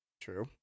True